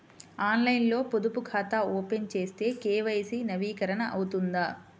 ఆన్లైన్లో పొదుపు ఖాతా ఓపెన్ చేస్తే కే.వై.సి నవీకరణ అవుతుందా?